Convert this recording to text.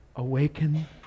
Awaken